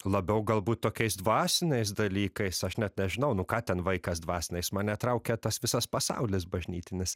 labiau galbūt tokiais dvasiniais dalykais aš net nežinau nu ką ten vaikas dvasiniais mane traukia tas visas pasaulis bažnytinis